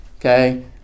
Okay